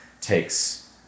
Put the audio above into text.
takes